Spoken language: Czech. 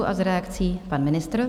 S reakcí pan ministr.